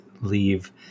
leave